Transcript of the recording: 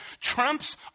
trumps